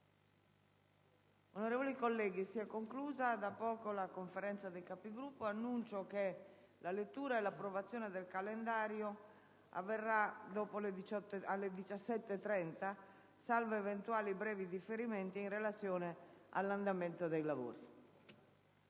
Onorevoli colleghi, si è conclusa da poco la Conferenza dei Capigruppo. Annuncio che la lettura e l'approvazione del calendario avverranno alle ore 17,30, salvo eventuali brevi differimenti in relazione all'andamento dei lavori.